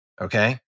Okay